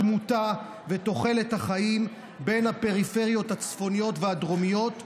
התמותה ותוחלת החיים בפריפריות הצפוניות והדרומיות והמרכז.